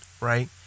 Right